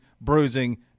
bruising